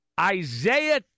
Isaiah